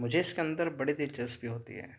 مجھے اس کے اندر بڑی دلچسپی ہوتی ہے